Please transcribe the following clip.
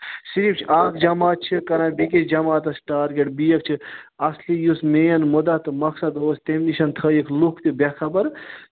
صرف چھِ اَکھ جماعت چھِ کَران بیکِس جماعتَس ٹارگیٚٹ بِییَکھ چھِ اصلی یُس مین مُدا تہٕ مقصد اوس تَمہِ نِشَن تھٲیِکھ لُکھ تہِ بے خَبر